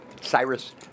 Cyrus